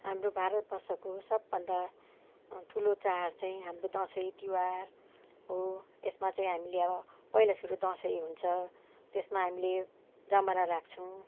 हाम्रो भारतवर्षको सबभन्दा ठुलो चाड चाहिँ हाम्रो दसैँ तिहार हो यसमा चाहिँ हामीले अब पहिला सुरु दसैँ हुन्छ त्यसमा हामीले जमरा राख्छौँ